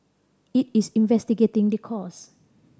it is investigating the cause